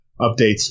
updates